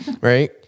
Right